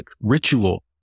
ritual